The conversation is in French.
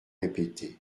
répété